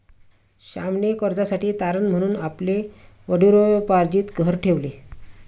श्यामने कर्जासाठी तारण म्हणून आपले वडिलोपार्जित घर ठेवले